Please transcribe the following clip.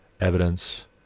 evidence